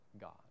God